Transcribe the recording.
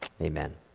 Amen